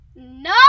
No